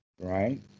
Right